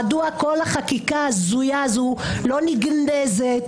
מדוע כל החקיקה ההזויה הזאת לא נגנזת?